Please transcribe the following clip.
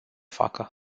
facă